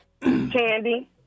Candy